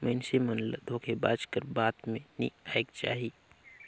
मइनसे मन ल धोखेबाज कर बात में नी आएक चाही